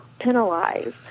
penalized